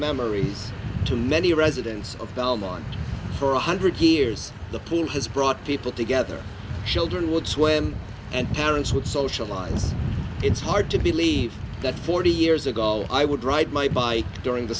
memories to many residents of belmont for one hundred years the film has brought people together children would swim and parents would socialize it's hard to believe that forty years ago i would ride my bike during the